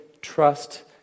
trust